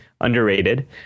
underrated